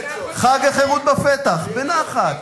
בלי עצות, בלי עצות, בלי עצות.